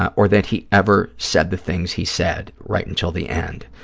or that he ever said the things he said right until the end.